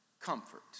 comfort